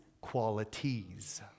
qualities